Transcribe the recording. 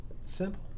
Simple